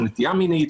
של נטייה מינית,